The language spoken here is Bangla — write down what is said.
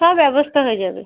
সব ব্যবস্থা হয়ে যাবে